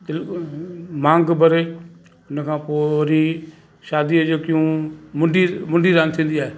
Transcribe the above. तिल मांग भरे उन खां पोइ वरी शादीअ जो की मुंडी मुंडी रांदि थींदी आहे